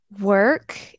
work